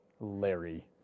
Larry